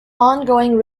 ongoing